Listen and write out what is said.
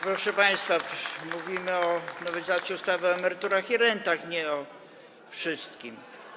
Proszę państwa, mówimy o nowelizacji ustawy o emeryturach i rentach, a nie o wszystkim.